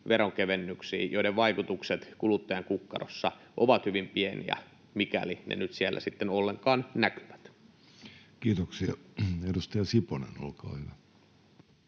veronkevennyksiin, joiden vaikutukset kuluttajan kukkarossa ovat hyvin pieniä, mikäli ne nyt siellä sitten ollenkaan näkyvät. Kiitoksia. — Edustaja Siponen, olkaa hyvä.